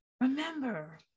remember